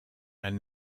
and